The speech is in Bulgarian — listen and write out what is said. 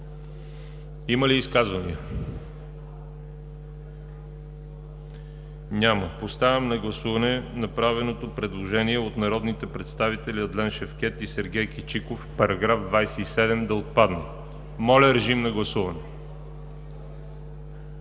Има ли изказвания? Няма. Поставям на гласуване направеното предложение от народните представители Адлен Шевкед и Сергей Кичиков § 27 да отпадне. Гласували